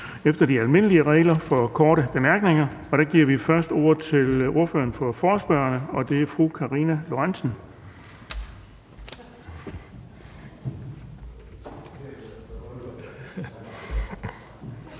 efter de almindelige regler for korte bemærkninger. Og vi giver først ordet til ordføreren for forespørgerne, og det er fru Karina Lorentzen